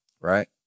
right